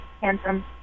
handsome